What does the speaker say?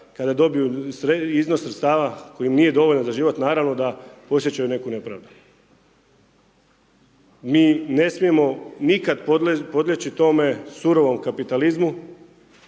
kada dobiju iznos sredstava koji im nije dovoljan za život, naravno da osjećaju neku nepravdu. Mi ne smijemo nikad podleći tome surovom kapitalizmu,